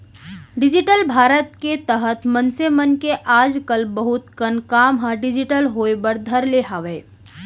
digital Bharat के तहत मनसे मन के आज कल बहुत कन काम ह डिजिटल होय बर धर ले हावय